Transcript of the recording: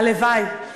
הלוואי.